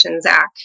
Zach